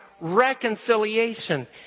reconciliation